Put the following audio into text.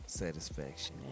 satisfaction